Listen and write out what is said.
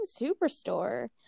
Superstore